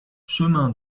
chemin